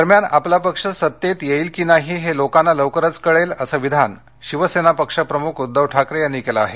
दरम्यान आपला पक्ष सत्तेत येईल की नाही हे लोकांना लवकरच कळेल असं विधान शिवसेना पक्ष प्रमुख उद्धव ठाकरे यांनी केलं आहे